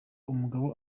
umugabo